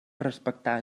respectar